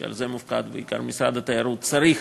שעל זה מופקד בעיקר משרד התיירות, צריך